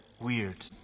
weird